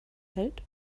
hält